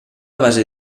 base